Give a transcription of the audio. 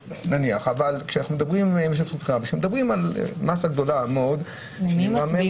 כשמדברים על מסה גדולה מאוד -- למי דיילים מצביעים?